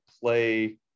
play